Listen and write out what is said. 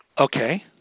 okay